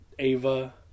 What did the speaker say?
Ava